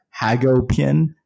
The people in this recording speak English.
Hagopian